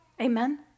Amen